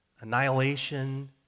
annihilation